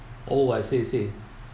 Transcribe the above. oh I see I see